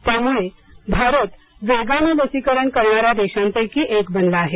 त्यामुळे भारत वेगानं लसीकरण करणाऱ्या देशांपैकी एक बनला आहे